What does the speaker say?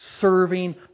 serving